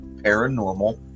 paranormal